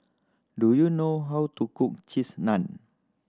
do you know how to cook Cheese Naan